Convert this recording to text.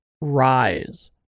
rise